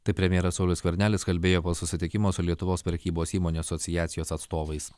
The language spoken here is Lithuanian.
taip premjeras saulius skvernelis kalbėjo po susitikimo su lietuvos prekybos įmonių asociacijos atstovais